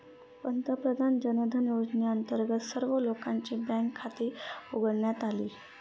पंतप्रधान जनधन योजनेअंतर्गत सर्व लोकांची बँक खाती उघडण्यात आली